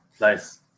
Nice